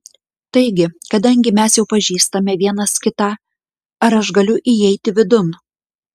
taigi kadangi mes jau pažįstame vienas kitą ar aš galiu įeiti vidun